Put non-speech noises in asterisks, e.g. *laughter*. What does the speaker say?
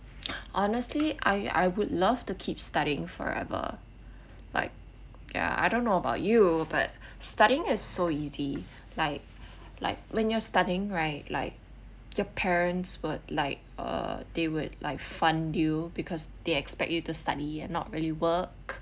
*noise* honestly I I would love to keep studying forever like ya I don't know about you but studying is so easy like like when you're studying right like your parents would like err they would like fund you because they expect you to study and not really work